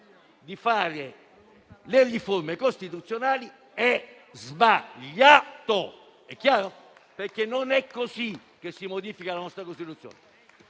a fare le riforme costituzionali è sbagliato. Non è così che si modifica la nostra Costituzione.